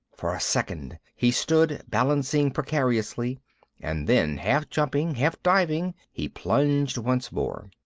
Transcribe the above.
for a second he stood, balancing precariously and then, half jumping, half diving, he plunged once more.